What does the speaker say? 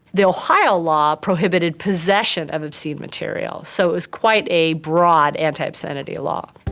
the ohio law prohibited possession of obscene material, so it was quite a broad anti-obscenity law.